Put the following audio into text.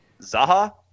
Zaha